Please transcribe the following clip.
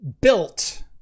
built